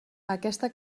aquesta